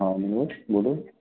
हाँ मनोज बोलो